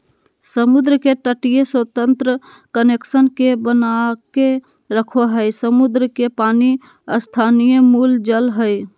समुद्र के तटीय स्वतंत्र कनेक्शन के बनाके रखो हइ, समुद्र के पानी स्थलीय मूल जल हइ